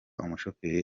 umushoferi